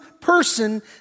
person